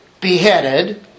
Beheaded